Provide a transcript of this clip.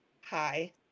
hi